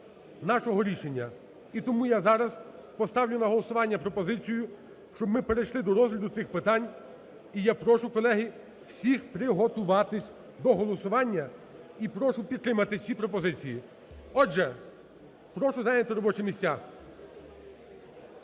нашого рішення. І тому я зараз поставлю на голосування пропозицію, щоб ми перейшли до розгляду цих питань. І я прошу, колеги, всіх приготуватися до голосування і прошу підтримати ці пропозиції. Отже, прошу зайняти робочі місця.